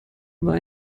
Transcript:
war